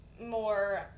more